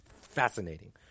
fascinating